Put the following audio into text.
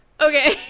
Okay